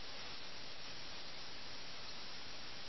സാമൂഹിക ഉത്തരവാദിത്തത്തിന്റെ തിരസ്കരണത്തിന്റെ പാരമ്യമാണിത്